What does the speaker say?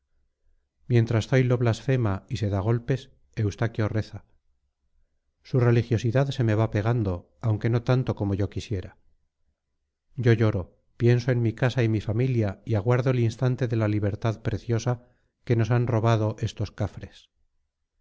mientras zoilo blasfema y se da golpes eustaquio reza su religiosidad se me va pegando aunque no tanto como yo quisiera yo lloro pienso en mi casa y mi familia y aguardo el instante de la libertad preciosa que nos han robado estos cafres